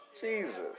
Jesus